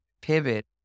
pivot